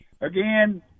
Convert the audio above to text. Again